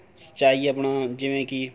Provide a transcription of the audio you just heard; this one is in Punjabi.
ਸਿੰਚਾਈ ਆਪਣਾ ਜਿਵੇਂ ਕਿ